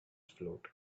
float